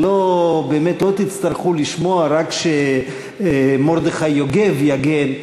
ובאמת לא תצטרכו לשמוע רק שמרדכי יוגב יגן.